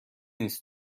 نیست